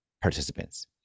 participants